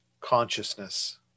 consciousness